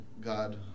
God